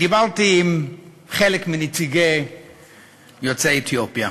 דיברתי עם חלק מנציגי יוצאי אתיופיה,